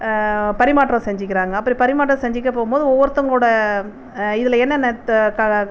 பரிமாற்றம் செஞ்சுக்கிறாங்க அப்படி பரிமாற்றம் செஞ்சுக்கப்போம் போது ஒவ்வொருத்தவங்களோட இதில் என்னென்ன